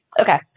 Okay